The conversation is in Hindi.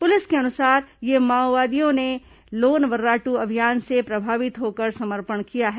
पुलिस के अनुसार इन माओवादियों ने लोन वर्रादू अभियान से प्रभावित होकर समर्पण किया है